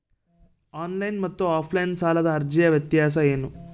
Online ಮತ್ತು offline ಸಾಲದ ಅರ್ಜಿಯ ವ್ಯತ್ಯಾಸ ಏನು?